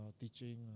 teaching